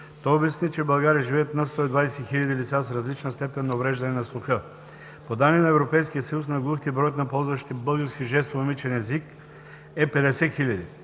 Той обясни, че в България живеят над 120 000 лица с различна степен на увреждане на слуха. По данни на Европейския съюз на глухите броят на ползващите българския жестомимичен език е 50 000.